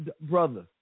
Brother